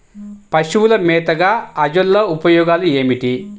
పశువుల మేతగా అజొల్ల ఉపయోగాలు ఏమిటి?